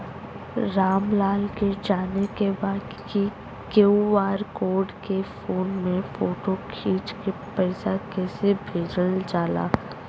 राम लाल के जाने के बा की क्यू.आर कोड के फोन में फोटो खींच के पैसा कैसे भेजे जाला?